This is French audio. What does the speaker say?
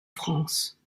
france